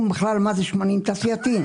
שתבינו בכלל מה זה שמנים תעשייתיים.